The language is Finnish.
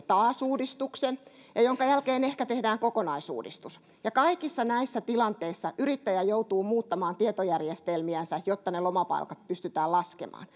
taas teemme uudistuksen jonka jälkeen ehkä tehdään kokonaisuudistus ja kaikissa näissä tilanteissa yrittäjä joutuu muuttamaan tietojärjestelmiänsä jotta ne lomapalkat pystytään laskemaan